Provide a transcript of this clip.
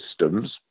systems